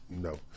No